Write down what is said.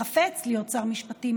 לחפץ להיות שר משפטים,